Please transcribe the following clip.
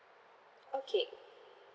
okay